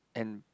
and